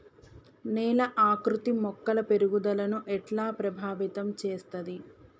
నేల ఆకృతి మొక్కల పెరుగుదలను ఎట్లా ప్రభావితం చేస్తది?